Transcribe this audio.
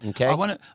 Okay